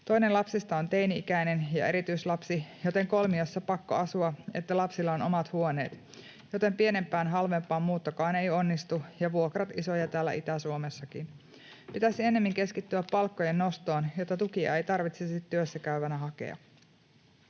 Toinen lapsista on teini-ikäinen ja erityislapsi, joten kolmiossa pakko asua, että lapsilla on omat huoneet, joten pienempään halvempaan muuttokaan ei onnistu, ja vuokrat isoja täällä Itä-Suomessakin. Pitäisi ennemmin keskittyä palkkojen nostoon, jotta tukia ei tarvitsisi työssäkäyvänä hakea!”